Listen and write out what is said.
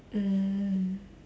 mm